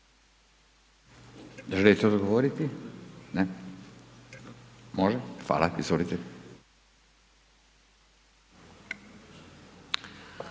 Želite odgovoriti? Može, hvala, izvolite.